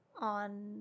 on